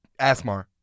Asmar